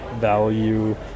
value